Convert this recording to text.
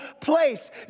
place